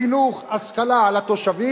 חינוך, השכלה לתושבים,